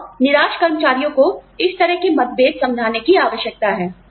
और निराश कर्मचारियों को इस तरह के मतभेद समझाने की आवश्यकता है